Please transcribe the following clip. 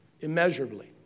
immeasurably